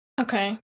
okay